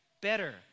better